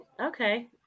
Okay